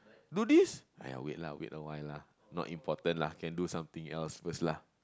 do this !aiya! wait lah wait awhile lah not important lah can do something else first lah